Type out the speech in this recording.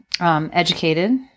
Educated